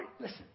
Listen